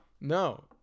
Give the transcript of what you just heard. No